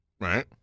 Right